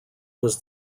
was